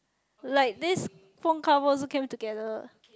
like this phone cover also came together